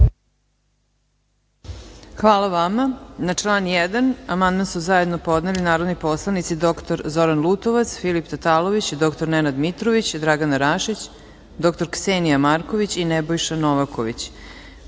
Hvala vama. Na član 1. amandman su zajedno podneli narodni poslanici dr Zoran Lutovac, Filip Tatalović, dr Nenad Mitrović, Dragana Rašić, dr Ksenija Marković i Nebojša Novaković. Primili